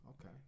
Okay